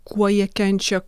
kuo jie kenčia